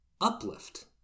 uplift